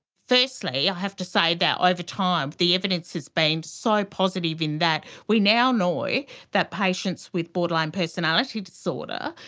firstly i have to say that over time the evidence has been so positive in that we now know that patients with borderline personality disorder,